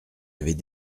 avait